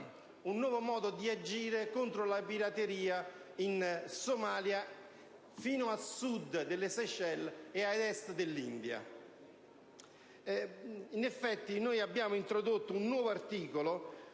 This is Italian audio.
un nuovo modo di agire contro la pirateria in Somalia fino a sud delle Seychelles e a est dell'India. È stato quindi introdotto un nuovo articolo,